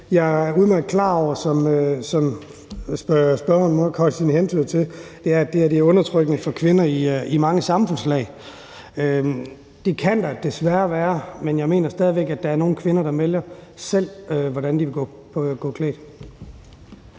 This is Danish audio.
og det er, at det er undertrykkende for kvinder i mange samfundslag. Det kan det desværre være, men jeg mener stadig væk, at der er nogle kvinder, der selv vælger, at de vil gå klædt